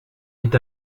est